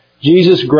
Jesus